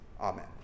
Amen